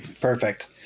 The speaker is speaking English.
Perfect